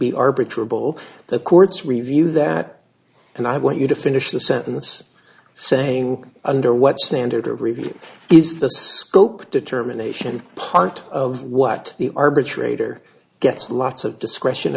will the courts review that and i want you to finish the sentence saying under what standard of review is the scope determination part of what the arbitrator gets lots of discretion